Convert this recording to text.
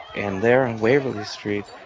and there on waverley street,